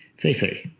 fei-fei,